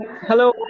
Hello